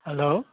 hello